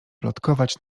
plotkować